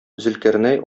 зөлкарнәй